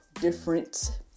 different